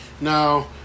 Now